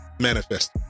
Manifest